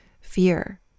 fear